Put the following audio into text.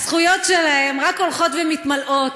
הזכויות שלהם רק הולכות ומתמלאות,